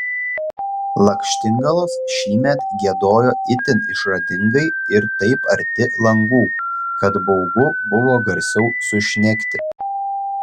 lakštingalos šįmet giedojo itin išradingai ir taip arti langų kad baugu buvo garsiau sušnekti